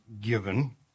given